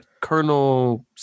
Colonel